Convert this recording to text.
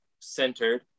centered